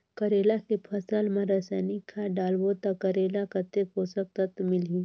करेला के फसल मा रसायनिक खाद डालबो ता करेला कतेक पोषक तत्व मिलही?